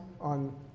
on